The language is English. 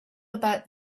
about